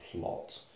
plot